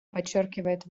подчеркивает